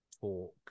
talk